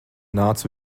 nāc